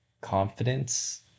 confidence